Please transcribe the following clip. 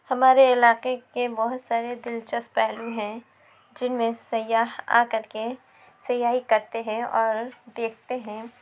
ہمارے علاقے کے بہت سارے دلچسپ پہلو ہیں جن میں سیاح آ کر کے سیاحی کرتے ہیں اور دیکھتے ہیں